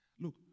Look